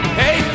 hey